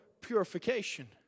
purification